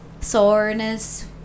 soreness